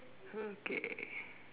okay